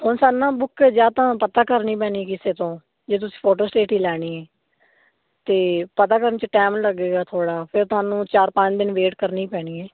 ਹੁਣ ਸਾਡੇ ਨਾਲ ਬੁੱਕ ਜਾ ਤਾਂ ਪਤਾ ਕਰਨੀ ਪੈਣੀ ਕਿਸੇ ਤੋਂ ਜੇ ਤੁਸੀਂ ਫੋਟੋ ਸਟੇਟ ਹੀ ਲੈਣੀ ਹੈ ਤੇ ਪਤਾ ਕਰਨ ਚ ਟਾਈਮ ਲੱਗੇਗਾ ਥੋੜਾ ਫਿਰ ਤੁਹਾਨੂੰ ਚਾਰ ਪੰਜ ਦਿਨ ਵੇਟ ਕਰਨੀ ਪੈਣੀ ਹੈ